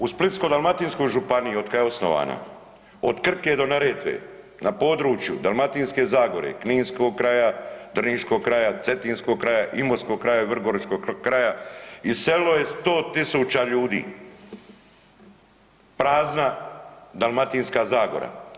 U Splitsko-dalmatinskoj od kad je osnovana od Krke do Neretve na području Dalmatinske zagore, kninskog kraja, drniškog kraja, cetinskog kraja, imotskog kraja, vrgoračkog kraja iselilo je 100.000 ljudi, prazna Dalmatinska zagora.